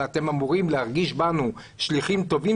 אלא אתם אמורים להרגיש בנו שליחים טובים